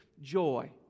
Joy